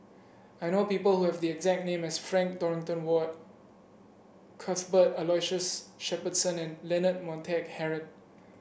I know people who have the exact name as Frank Dorrington Ward Cuthbert Aloysius Shepherdson and Leonard Montague Harrod